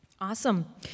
Awesome